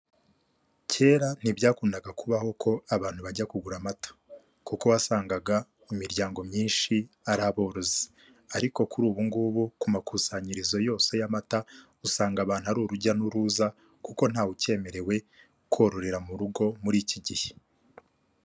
Kera ntibyakundaga kubaho ko abantu bajya kugura amata kuko wasangaga mu miryango myinshi ari aborozi. Ariko kuri ubugubu ku makusanyirizo yose y'amata usanga abantu ari urujya n'uruza kuko ntawecyemerewe kororera mu rugo muri iki gihe.